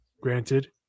Granted